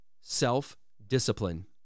self-discipline